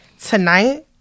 tonight